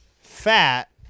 Fat